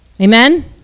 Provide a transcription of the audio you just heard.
Amen